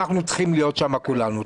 אז אנחנו צריכים להיות שם כולנו.